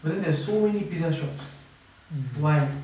but then there are so many pizza shops why